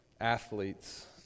athletes